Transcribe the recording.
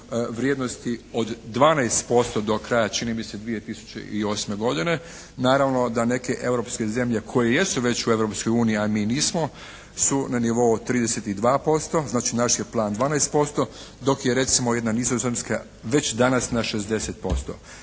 vrijednosti od 12% do kraja čini mi se 2008. godine. Naravno da neke europske zemlje koje jesu već u Europskoj uniji, a mi nismo su na nivou 32%. Znači naš je plan 12%. Dok je recimo jedna Nizozemska već danas na 60%.